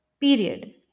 period